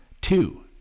Two